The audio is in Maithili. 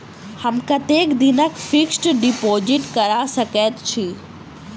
हम कतेक दिनक फिक्स्ड डिपोजिट करा सकैत छी?